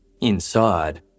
Inside